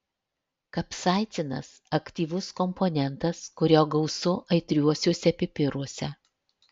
kapsaicinas aktyvus komponentas kurio gausu aitriuosiuose pipiruose